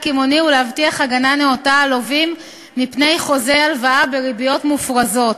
הגנה נאותה על לווים מפני חוזי הלוואה בריביות מופרזות.